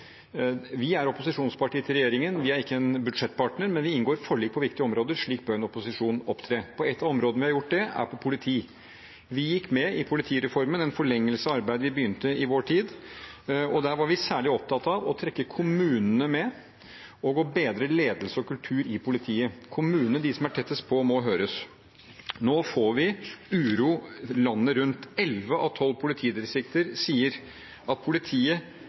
vi bruker her i Stortinget for å gjøre det, er å inngå forlik. Vi er opposisjonsparti til regjeringen, vi er ikke en budsjettpartner, men vi inngår forlik på viktige områder. Slik bør en opposisjon opptre. Et av områdene der vi har gjort det, er politiområdet. Vi gikk med på politireformen, en forlengelse av arbeid vi begynte i vår tid. Der var vi særlig opptatt av å trekke kommunene med og å bedre ledelse